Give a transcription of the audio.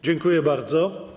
Dziękuję bardzo.